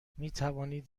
میتوانید